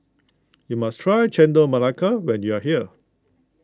you must try Chendol Melaka when you are here